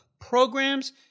programs